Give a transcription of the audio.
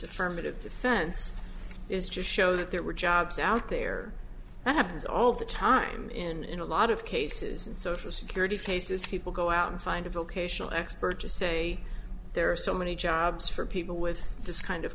affirmative defense is just show that there were jobs out there that happens all the time in a lot of cases in social security faces people go out and find a vocational expert to say there are so many jobs for people with this kind of